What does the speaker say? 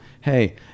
hey